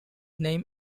name